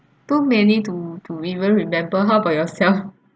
too many to to even remember how about yourself